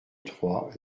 trois